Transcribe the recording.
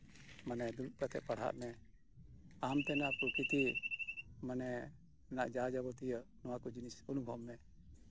ᱢᱟᱱᱮ ᱫᱩᱲᱩᱵ ᱠᱟᱛᱮᱜ ᱯᱟᱲᱦᱟᱜ ᱢᱮ ᱟᱢ ᱛᱮᱱᱟᱜ ᱯᱨᱚᱠᱤᱛᱤ ᱢᱟᱱᱮ ᱱᱚᱣᱟ ᱠᱚᱨᱮᱱᱟᱜ ᱡᱟ ᱡᱟᱵᱚᱛᱤᱭᱚ ᱱᱚᱣᱟ ᱠᱚ ᱡᱤᱱᱤᱥ ᱚᱱᱩᱵᱷᱚᱵ ᱢᱮ